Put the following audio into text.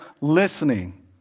listening